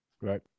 Right